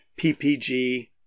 PPG